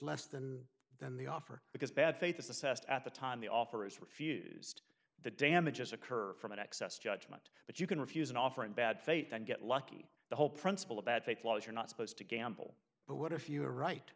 less than than the offer because bad faith is assessed at the time the offer is refused the damages occur from an excess judgement but you can refuse an offer in bad faith and get lucky the whole principle of bad faith law is you're not supposed to gamble but what if you are right